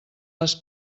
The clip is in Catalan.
les